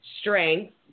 strength